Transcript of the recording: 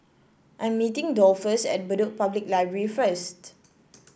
I'm meeting Dolphus at Bedok Public Library first